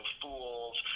fools